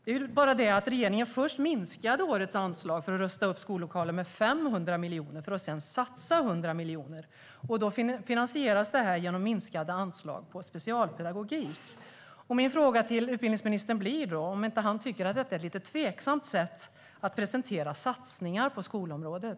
Det är bara det att regeringen först minskade årets anslag för att rusta upp skollokaler med 500 miljoner för att sedan satsa 100 miljoner. Det finansieras genom minskade anslag till specialpedagogik. Min fråga till utbildningsministern blir: Tycker du inte att detta är ett lite tveksamt sätt att presentera satsningar på skolområdet?